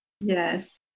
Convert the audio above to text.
Yes